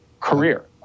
career